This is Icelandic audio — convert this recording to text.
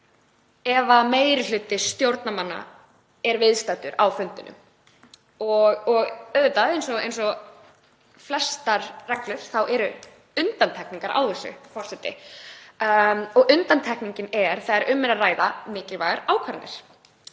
ef meiri hluti stjórnarmanna er viðstaddur á fundinum og auðvitað, eins og með flestar reglur, eru undantekningar á þessu, forseti. Undantekningin er þegar um er að ræða mikilvægar ákvarðanir.